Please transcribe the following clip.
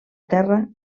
terra